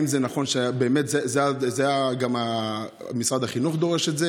האם נכון שגם משרד החינוך דורש את זה?